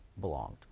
belonged